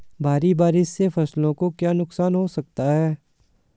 भारी बारिश से फसलों को क्या नुकसान हो सकता है?